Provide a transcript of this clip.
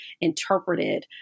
interpreted